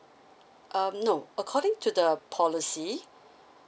um no according to the policy